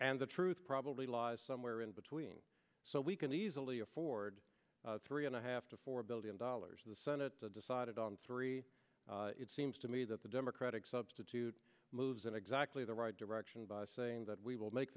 and the truth probably lies somewhere in between so we can easily afford three and a half to four billion dollars the senate decided on three it seems to me that the democratic substitute moves in exactly the right direction by saying that we will make